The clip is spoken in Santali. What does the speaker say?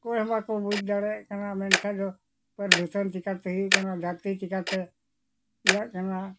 ᱚᱠᱚᱭ ᱦᱚᱸ ᱵᱟᱠᱚ ᱵᱩᱡᱽ ᱫᱟᱲᱮᱭᱟᱜ ᱠᱟᱱᱟ ᱢᱮᱱᱠᱷᱟᱱ ᱫᱚ ᱯᱚᱨᱫᱩᱥᱚᱱ ᱪᱤᱠᱟᱹᱛᱮ ᱦᱩᱭᱩᱜ ᱠᱟᱱᱟ ᱫᱷᱟᱹᱨᱛᱤ ᱪᱤᱠᱟᱹᱛᱮ ᱤᱭᱟᱹᱜ ᱠᱟᱱᱟ